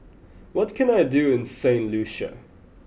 what can I do in Saint Lucia